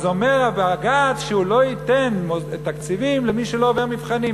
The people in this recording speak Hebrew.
אומר בג"ץ שהוא לא ייתן תקציבים למי שלא עובר מבחנים,